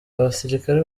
abasirikare